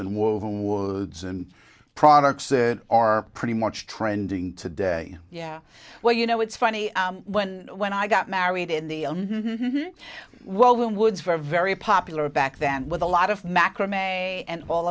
words and products that are pretty much trending today yeah well you know it's funny when when i got married in the well the woods very very popular back then with a lot of macrame and all